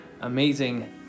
amazing